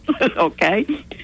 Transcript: okay